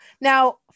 Now